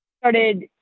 Started